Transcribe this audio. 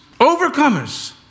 Overcomers